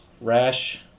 Rash